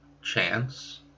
chance